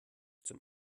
zum